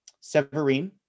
Severine